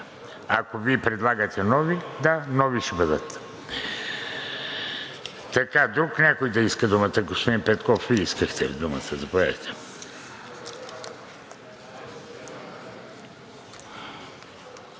Ако Вие предлагате нови – да, нови ще бъдат. Друг някой да иска думата? Господин Петков, Вие искахте думата,